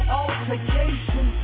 altercation